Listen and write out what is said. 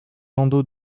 landau